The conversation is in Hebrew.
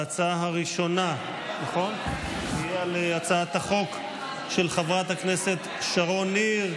ההצבעה הראשונה תהיה על הצעת החוק של חברת הכנסת שרון ניר.